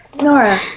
Nora